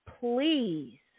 please